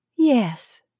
Yes